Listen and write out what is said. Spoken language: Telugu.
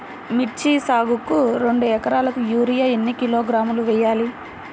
మిర్చి సాగుకు రెండు ఏకరాలకు యూరియా ఏన్ని కిలోగ్రాములు వేయాలి?